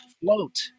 Float